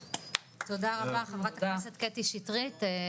תודה רבה, חברת הכנסת קטי שטרית.